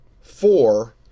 four